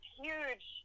huge